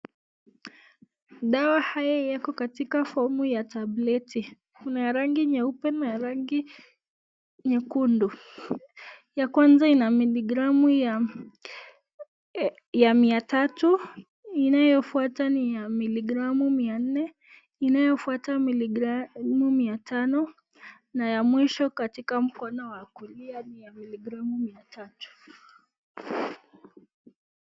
Dawa hii iko katika fomu ya tableti. Kuna rangi nyeupe na rangi nyekundu. Ya kwanza ina miligramu ya mia tatu, inayofuata ni ya miligramu mia nne, inayofuata miligramu mia tano, na ya mwisho katika mkono wa kulia ni ya miligramu mia tatu.